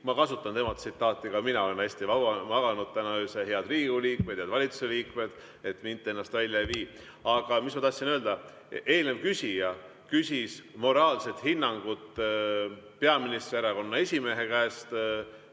Ma kasutan tema tsitaati: ka mina olen hästi maganud täna öösel, head Riigikogu liikmed, head valitsuseliikmed, mind te endast välja ei vii. Aga mis ma tahtsin öelda? Eelnev küsija küsis moraalset hinnangut peaministri erakonna esimehe käest